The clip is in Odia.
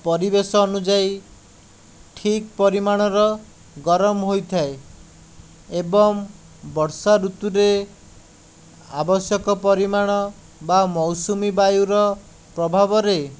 ପରିବେଶ ଅନୁଯାୟୀ ଠିକ ପରିମାଣର ଗରମ ହୋଇଥାଏ ଏବଂ ବର୍ଷା ଋତୁରେ ଆବଶ୍ୟକ ପରିମାଣ ବା ମୌସୁମୀ ବାୟୁର ପ୍ରଭାବରେ